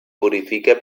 purifica